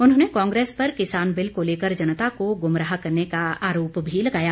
उन्होंने कांग्रेस पर किसान बिल को लेकर जनता को गुमराह करने का आरोप भी लगाया